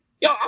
yo